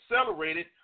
accelerated